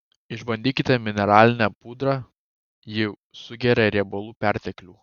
išbandykite mineralinę pudrą ji sugeria riebalų perteklių